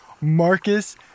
Marcus